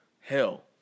Hell